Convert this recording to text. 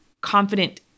confident